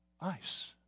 Ice